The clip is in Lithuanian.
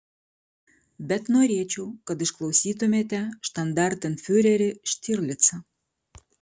bet norėčiau kad išklausytumėte štandartenfiurerį štirlicą